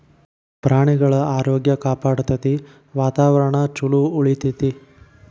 ಪ್ರಾಣಿಗಳ ಆರೋಗ್ಯ ಕಾಪಾಡತತಿ, ವಾತಾವರಣಾ ಚುಲೊ ಉಳಿತೆತಿ